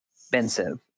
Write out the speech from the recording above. expensive